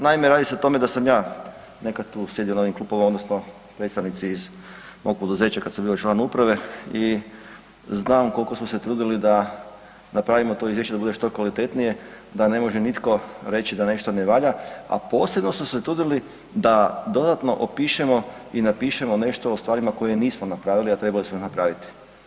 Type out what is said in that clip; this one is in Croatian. Naime, radi se o tome da sam ja nekad tu sjedio u ovim klupama odnosno predstavnici iz mog poduzeća i kad sam bio član uprave i znam koliko smo se trudili da napravimo to izvješće da bude što kvalitetnije, da ne može nitko reći da nešto ne valja, a posebno smo se trudili da dodatno opišemo i napišemo nešto o stvarima koje nismo napravili a trebali smo napraviti.